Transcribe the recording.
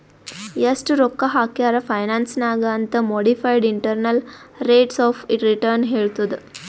ಎಸ್ಟ್ ರೊಕ್ಕಾ ಹಾಕ್ಯಾರ್ ಫೈನಾನ್ಸ್ ನಾಗ್ ಅಂತ್ modified internal rates of return ಹೇಳತ್ತುದ್